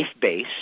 base